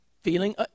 feeling